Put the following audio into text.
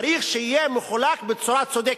צריך שיינתן בצורה צודקת,